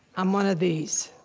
i'm one of these.